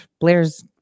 Blair's